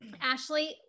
Ashley